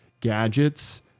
gadgets